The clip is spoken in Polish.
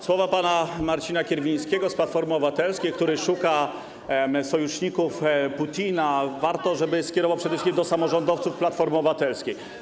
Słowa pana Marcina Kierwińskiego z Platformy Obywatelskiej, który szuka sojuszników Putina, warto skierować przede wszystkim do samorządowców Platformy Obywatelskiej.